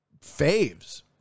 faves